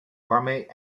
waarmee